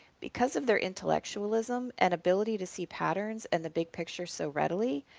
because of their intellectualism and ability to see patterns and the big picture so readily,